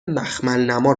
مخملنما